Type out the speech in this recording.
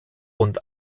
und